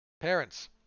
Parents